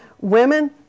women